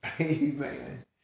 Amen